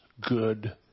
good